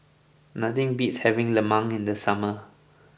nothing beats having Lemang in the summer